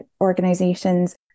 organizations